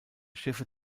schiffe